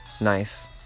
Nice